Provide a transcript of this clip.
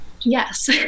Yes